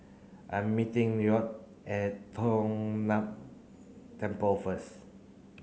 I am meeting Lloyd at Tong Temple first